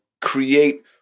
create